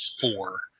four